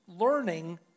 learning